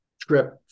trip